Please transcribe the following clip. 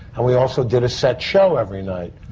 and we also did a set show every night,